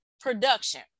production